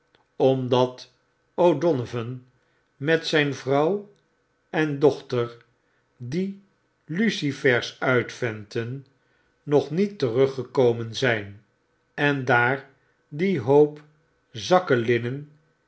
omdat o'donovan met zyn vrouw en dochter die lucifers uitventen nog niet teruggekomen zyn en dar die hoop